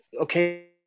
okay